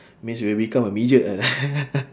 means you will become a midget ah